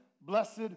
blessed